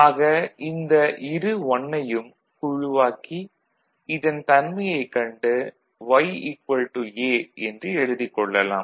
ஆக இந்த இரு '1' ஐயும் குழுவாக்கி இதன் தன்மையைக் கண்டு Y A என்று எழுதிக் கொள்ளலாம்